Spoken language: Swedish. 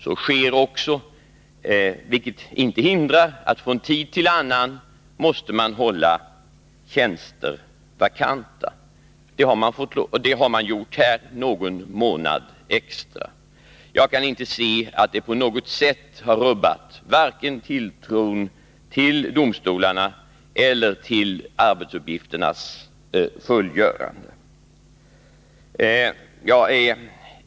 Så sker också, vilket inte hindrar att man från tid till annan måste hålla tjänster vakanta. Det har man gjort här någon månad extra, men jag kan inte se att det på något sätt har rubbat tron på vare sig domstolarna eller möjligheterna att fullgöra arbetsuppgifterna.